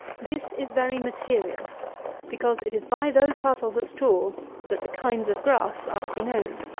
this is very material because it is by those parcels of straw that the kinds of grass are to be known.